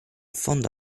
fondo